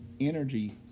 energy